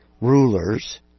rulers